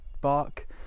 bark